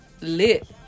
lit